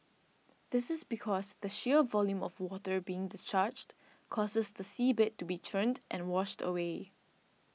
this is because the sheer volume of water being discharged causes the seabed to be churned and washed away